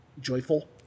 joyful